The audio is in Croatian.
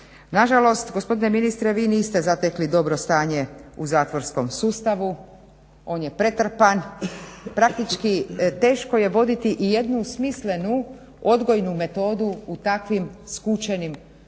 Nažalost gospodine ministre vi niste zatekli dobro stanje u zatvorskom sustavu, on je pretrpan, praktički teško je voditi i jednu smislenu odgojnu metodu u takvim skučenim odnosno